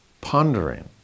pondering